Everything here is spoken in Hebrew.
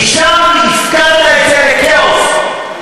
כי שם הפקרת את זה לכאוס,